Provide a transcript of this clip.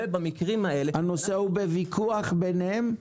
ובמקרים האלה --- הנושא הוא בוויכוח ביניהם?